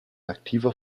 aktiver